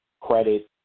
credit